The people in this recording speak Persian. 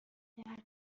درد